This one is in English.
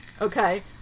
Okay